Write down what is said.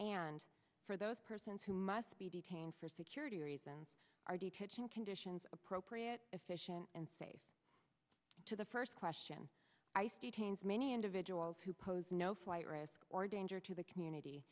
and for those persons who must be detained for security reasons are detaching conditions appropriate efficient and safe to the first question ice detains many individuals who pose no flight risk or danger to the community